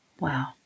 Wow